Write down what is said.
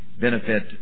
benefit